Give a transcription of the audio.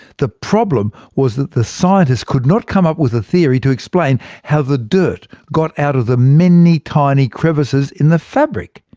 the problem was that the scientists could not come up with a theory to explain how the dirt got out of the many tiny crevices in the fabric.